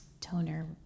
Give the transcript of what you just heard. toner